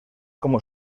como